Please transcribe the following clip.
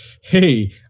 hey